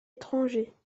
étrangers